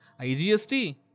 IGST